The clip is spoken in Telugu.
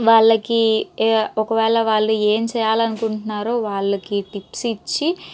వాళ్ళకి ఏ ఒకవేళ వాళ్ళు ఏం చేయాలనుకుంటున్నారో వాళ్ళకి టిప్స్ ఇచ్చి